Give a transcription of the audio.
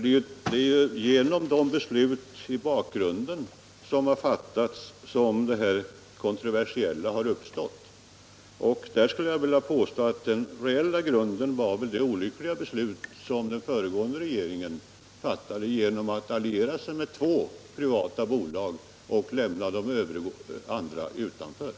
Det är ju med de fattade besluten i bakgrunden som den kontroversiella situationen har uppstått. Jag skulle vilja påstå att den reella grunden var det olyckliga beslut som den föregående regeringen fattade och som innebar att man lierade sig med två privata bolag och lämnade de andra utanför.